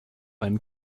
einen